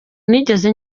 nigeze